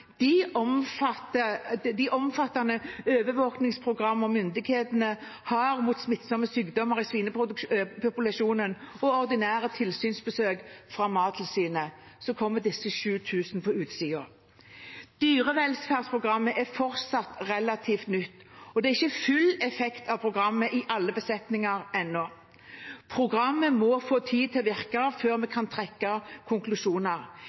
de omfattende overvåkingsprogrammene myndighetene har mot smittsomme sykdommer i svinepopulasjonen, og ordinære tilsynsbesøk fra Mattilsynet. Dyrevelferdsprogrammet er fortsatt relativt nytt, og det er ikke full effekt av programmet i alle besetninger ennå. Programmet må få tid til å virke før vi kan trekke konklusjoner.